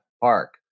park